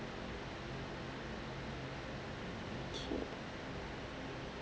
okay